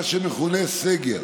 מה שמכונה "סגר".